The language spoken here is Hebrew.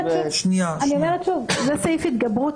זה סעיף התגברות,